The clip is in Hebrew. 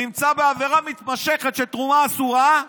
נמצא בעבירה מתמשכת של תרומה אסורה,